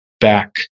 back